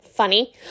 funny